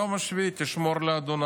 את היום השביעי תשמור לה',